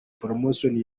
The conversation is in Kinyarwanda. promotion